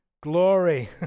glory